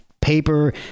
paper